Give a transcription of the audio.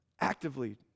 actively